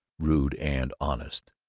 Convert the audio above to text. rude, and honest.